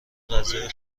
غذای